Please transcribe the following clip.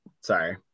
Sorry